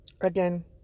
Again